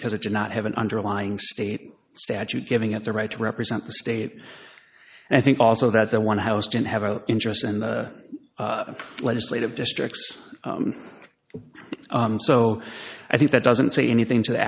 because it did not have an underlying state statute giving it the right to represent the state and i think also that the one house didn't have an interest in the legislative districts so i think that doesn't say anything to